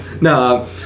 No